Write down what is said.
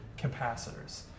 capacitors